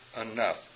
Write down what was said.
enough